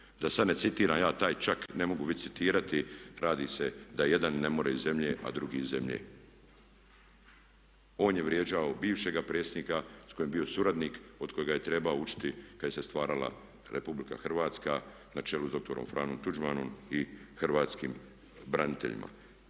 ja čak ne citiram, ja taj čak ne mogu licitirati. Radi se da jedan ne more iz zemlje a drugi iz zemlje. On je vrijeđao bivšega predsjednika s kojim je bio suradnik, od kojega je trebao učiti kada se stvarala RH na čelu s doktorom Franjom Tuđmanom i Hrvatskim braniteljima.